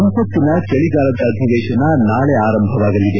ಸಂಸತಿನ ಚಳಿಗಾಲದ ಅಧಿವೇಶನ ನಾಳೆ ಆರಂಭವಾಗಲಿದೆ